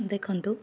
ଦେଖନ୍ତୁ